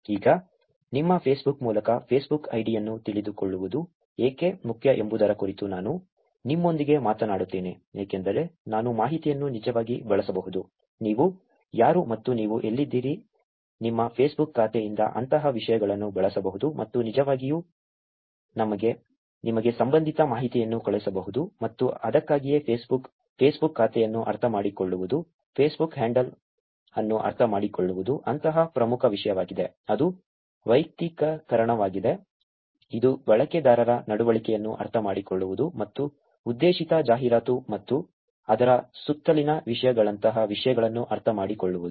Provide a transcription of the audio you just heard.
ಈಗ ನಿಮ್ಮ ಫೇಸ್ಬುಕ್ ಮೂಲಕ ಫೇಸ್ಬುಕ್ ಐಡಿಯನ್ನು ತಿಳಿದುಕೊಳ್ಳುವುದು ಏಕೆ ಮುಖ್ಯ ಎಂಬುದರ ಕುರಿತು ನಾನು ನಿಮ್ಮೊಂದಿಗೆ ಮಾತನಾಡುತ್ತೇನೆ ಏಕೆಂದರೆ ನಾನು ಮಾಹಿತಿಯನ್ನು ನಿಜವಾಗಿ ಬಳಸಬಹುದು ನೀವು ಯಾರು ಮತ್ತು ನೀವು ಎಲ್ಲಿದ್ದೀರಿ ನಿಮ್ಮ ಫೇಸ್ಬುಕ್ ಖಾತೆಯಿಂದ ಅಂತಹ ವಿಷಯಗಳನ್ನು ಬಳಸಬಹುದು ಮತ್ತು ನಿಜವಾಗಿ ನಿಮಗೆ ಸಂಬಂಧಿತ ಮಾಹಿತಿಯನ್ನು ಕಳುಹಿಸಬಹುದು ಮತ್ತು ಅದಕ್ಕಾಗಿಯೇ ಫೇಸ್ಬುಕ್ ಫೇಸ್ಬುಕ್ ಖಾತೆಯನ್ನು ಅರ್ಥಮಾಡಿಕೊಳ್ಳುವುದು ಫೇಸ್ಬುಕ್ ಹ್ಯಾಂಡಲ್ ಅನ್ನು ಅರ್ಥಮಾಡಿಕೊಳ್ಳುವುದು ಅಂತಹ ಪ್ರಮುಖ ವಿಷಯವಾಗಿದೆ ಅದು ವೈಯಕ್ತೀಕರಣವಾಗಿದೆ ಇದು ಬಳಕೆದಾರರ ನಡವಳಿಕೆಯನ್ನು ಅರ್ಥಮಾಡಿಕೊಳ್ಳುವುದು ಮತ್ತು ಉದ್ದೇಶಿತ ಜಾಹೀರಾತು ಮತ್ತು ಅದರ ಸುತ್ತಲಿನ ವಿಷಯಗಳಂತಹ ವಿಷಯಗಳನ್ನು ಅರ್ಥಮಾಡಿಕೊಳ್ಳುವುದು